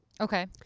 Okay